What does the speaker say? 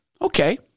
Okay